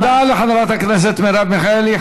תודה לחברת הכנסת מרב מיכאלי.